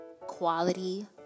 quality